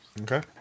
okay